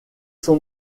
son